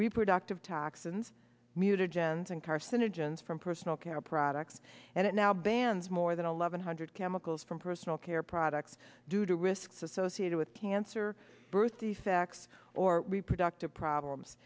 reproductive toxins mutagens and carcinogens from personal care products and it now bans more than eleven hundred chemicals from personal care products due to risks associated with cancer birth defects or reproductive problems